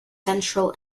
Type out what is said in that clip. central